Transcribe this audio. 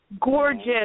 Gorgeous